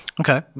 Okay